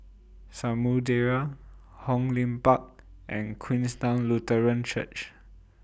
Samudera Hong Lim Park and Queenstown Lutheran Church